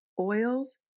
Oils